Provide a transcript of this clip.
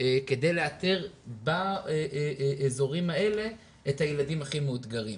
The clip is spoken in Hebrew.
כדי לאתר באזורים האלה את הילדים הכי מאותגרים.